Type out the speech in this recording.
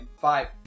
Five